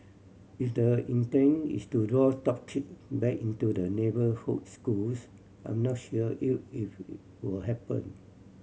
if the intent is to draw top kid back into the neighbourhood schools I'm not sure you if it will happen